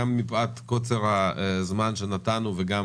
גם מפאת קוצר הזמן של הדיון וגם